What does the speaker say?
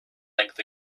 length